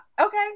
okay